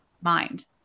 mind